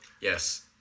Yes